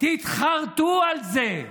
תתחרטו על זה.